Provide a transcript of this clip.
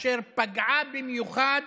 אשר פגע במיוחד